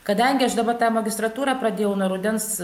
kadangi aš dabar tą magistratūrą pradėjau nuo rudens